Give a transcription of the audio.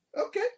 Okay